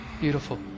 Beautiful